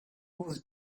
was